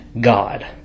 God